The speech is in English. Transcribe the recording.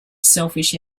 selfish